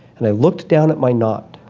and i looked down at my knot,